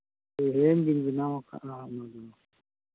ᱛᱮᱦᱮᱧ ᱜᱮᱧ ᱵᱮᱱᱟᱣᱟᱠᱟᱜᱼᱟ ᱚᱱᱟ ᱫᱚ